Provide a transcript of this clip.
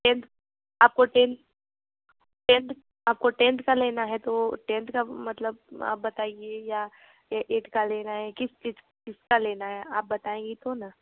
tenth आप को tenth tenth आप को टेंथ का लेना है तो टेंथ का मतलब आप बताइए या एटथ का लेना है किस चीज़ किस का लेना है आप बताएंगी तो ना